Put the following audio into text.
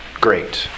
great